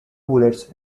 bullets